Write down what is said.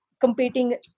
competing